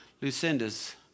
Lucinda's